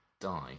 die